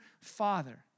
father